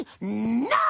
no